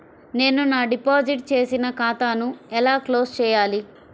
నేను నా డిపాజిట్ చేసిన ఖాతాను ఎలా క్లోజ్ చేయాలి?